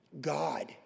God